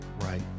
Right